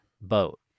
boat